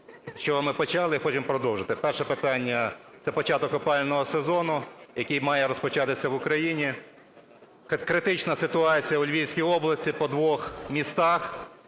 з чого ми почали, потім продовжити. Перше питання – це початок опалювального сезону, який має розпочатися в Україні. Критична ситуація у Львівській області по двох містах.